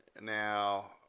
now